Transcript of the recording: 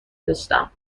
داشتم